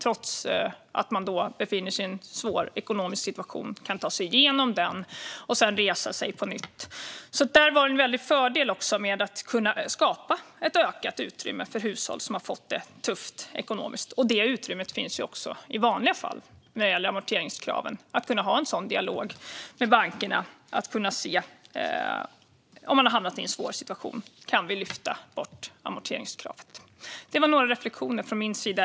Trots att man befinner sig i en svår ekonomisk situation kan man ta sig igenom den och sedan resa sig på nytt. Där var det en stor fördel att kunna skapa ett ökat utrymme för hushåll som har fått det tufft ekonomiskt. När det gäller amorteringskraven finns det också i vanliga fall ett utrymme att ha en dialog med bankerna om möjligheterna att lyfta bort amorteringskravet om man har hamnat i en svår situation. Det var några reflektioner från min sida.